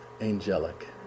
angelic